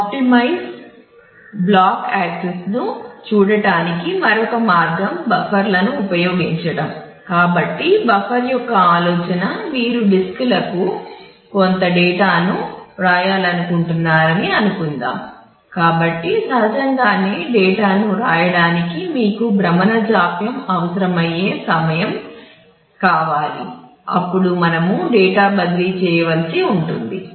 optimise block యాక్సెస్ను వ్రాయడానికి మీకు భ్రమణ జాప్యం అవసరమయ్యే సమయం కావాలి అప్పుడు మనము డేటా బదిలీ చేయవలసి ఉంటుంది